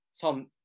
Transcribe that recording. Tom